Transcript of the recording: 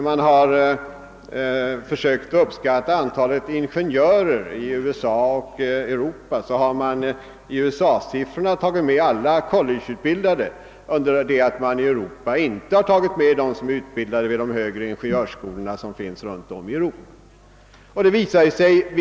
Vid försök att uppskatta antalet ingenjörer i USA och i Europa har i USA-siffran tagits med alla collegeutbildade under det att för Europas del inte har medräknats dem som är utbildade vid de högre ingenjörsskolor som finns runtom i Europa.